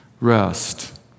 rest